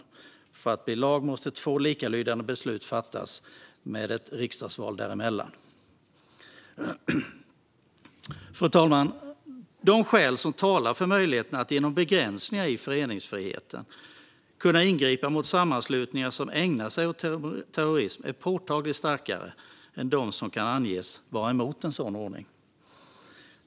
För att förslaget ska bli lag måste två likalydande beslut fattas med ett riksdagsval däremellan. Fru talman! De skäl som talar för möjligheten att genom begränsningar i föreningsfriheten ingripa mot sammanslutningar som ägnar sig åt terrorism är påtagligt starkare än de som kan anges mot en sådan ordning.